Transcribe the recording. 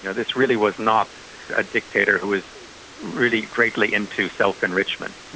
you know this really was not a dictator who was really greatly into self-enrichment.